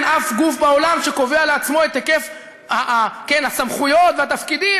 אין אף גוף בעולם שקובע לעצמו את היקף הסמכויות והתפקידים,